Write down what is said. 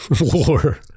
War